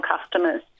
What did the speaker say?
customers